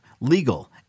legal